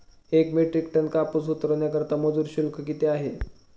एक metric ton कापूस उतरवण्याकरता मजूर शुल्क किती आहे?